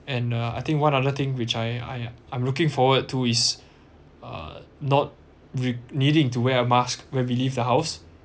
and uh I think one other thing which I I I'm looking forward to is uh not re~ needing to wear a mask where we leave the house